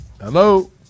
hello